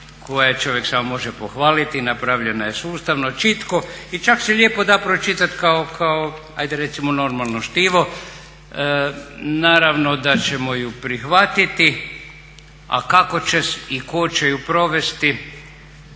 koje čovjek samo može pohvaliti, napravljena je sustavno, čitko i čak se lijepo da pročitati kao hajde recimo normalno štivo. Naravno da ćemo ju prihvatiti, a kako će i tko će ju provesti